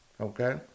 okay